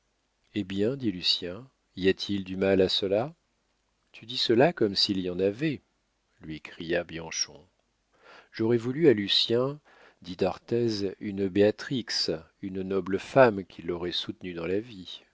eh bien dit lucien y a-t-il du mal à cela tu dis cela comme s'il y en avait lui cria bianchon j'aurais voulu à lucien dit d'arthez une béatrix une noble femme qui l'aurait soutenu dans la vie